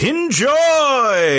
Enjoy